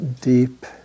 deep